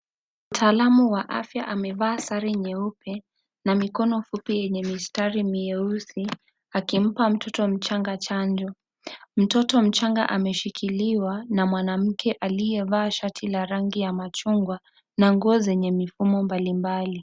Mtaalam wa afya amevaa sare nyeupe na mikono fupi yenye mistari meusi, akimpa mtoto mchanga chanjo. Mtoto mchanga ameshikiliwa na mwanamke aliyevaa shati la rangi ya machungwa na nguo zenye mifumo mbalimbali.